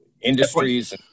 industries